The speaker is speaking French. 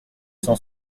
cent